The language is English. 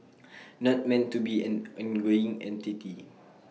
not meant to be an ongoing entity